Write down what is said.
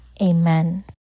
amen